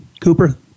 Cooper